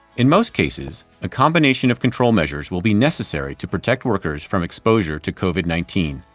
in most cases, a combination of control measures will be necessary to protect workers from exposure to covid nineteen.